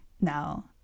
now